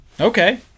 okay